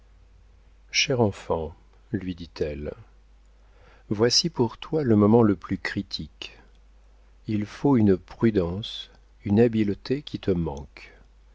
cher enfant lui dit-elle voici pour toi le moment le plus critique il faut une prudence une habileté qui te manquent